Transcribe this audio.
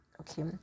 okay